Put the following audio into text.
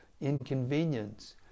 inconvenience